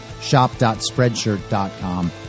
shop.spreadshirt.com